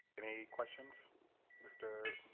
any questions mr.